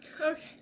Okay